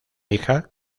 hija